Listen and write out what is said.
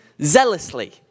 zealously